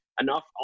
enough